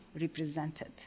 represented